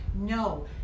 No